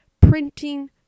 printing